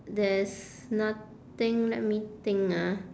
there's nothing let me think ah